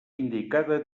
indicada